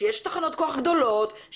שיש תחנות כוח גדולות.